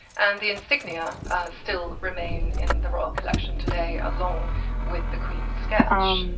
and the insignia still remain in the royal collection today, along with the queen's sketch.